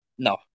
No